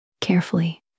Carefully